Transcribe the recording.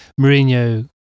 Mourinho